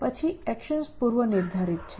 પછી એકશન્સ પૂર્વનિર્ધારિત છે